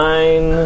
Nine